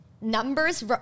numbers